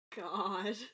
God